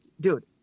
dude